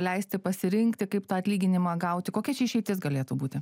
leisti pasirinkti kaip tą atlyginimą gauti kokia čia išeitis galėtų būti